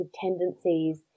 tendencies